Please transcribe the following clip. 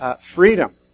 freedom